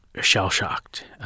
shell-shocked